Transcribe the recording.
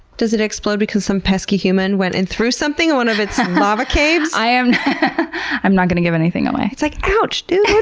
does it explode because some pesky human went and threw something in one of its lava caves? i'm i'm not gonna give anything away. it's like, ouch dude! what